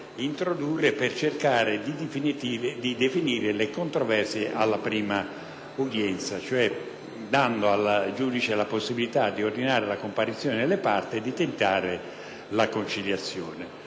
introdurre per cercare di definire le controversie alla prima udienza, dando al giudice la possibilita di ordinare la comparizione delle parti e di tentare la conciliazione.